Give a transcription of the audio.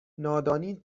نادانی